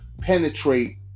penetrate